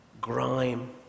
grime